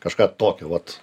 kažką tokio vat